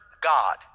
God